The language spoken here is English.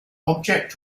object